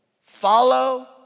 follow